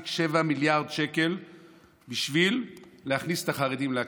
1.7 מיליארד שקל בשביל להכניס את החרדים לאקדמיה.